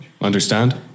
Understand